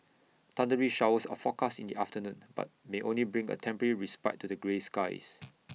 thundery showers are forecast in the afternoon but may only bring A temporary respite to the grey skies